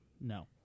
No